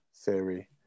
theory